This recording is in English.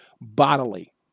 bodily